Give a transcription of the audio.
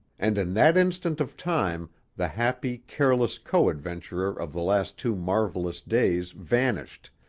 and in that instant of time the happy, careless co-adventurer of the last two marvelous days vanished,